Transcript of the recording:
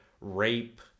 rape